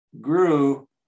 grew